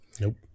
nope